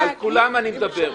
על כולם אני מדבר.